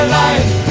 life